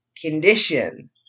condition